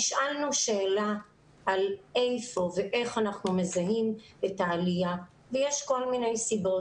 נשאלנו שאלה על איפה ואיך אנחנו מזהים את העלייה ויש כל מיני סיבות.